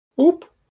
Oop